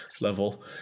level